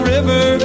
River